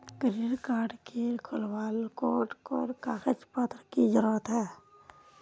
Credit card के खुलावेले कोन कोन कागज पत्र की जरूरत है?